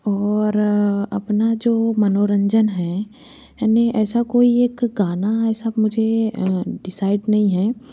और अपना जो मनोरंजन हैं याने ऐसा कोई एक गाना ऐसा मुझे डिसाइड नहीं हैं